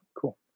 cool